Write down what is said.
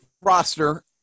roster